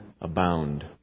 abound